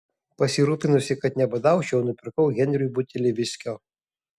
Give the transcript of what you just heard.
pasirūpinusi kad nebadaučiau nupirkau henriui butelį viskio